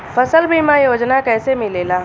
फसल बीमा योजना कैसे मिलेला?